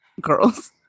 girls